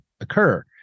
occur